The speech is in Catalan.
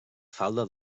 falda